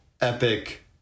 epic